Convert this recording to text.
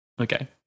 Okay